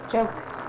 Jokes